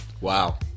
Wow